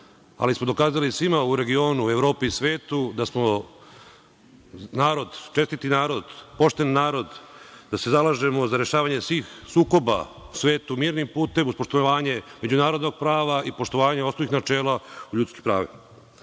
ali smo dokazali svima u regionu, Evropi i svetu da smo čestiti narod, pošten narod, da se zalažemo za rešavanje svih sukoba u svetu mirnim putem, uz poštovanje međunarodnog prava i poštovanje osnovnih načela u ljudskim